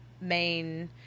Main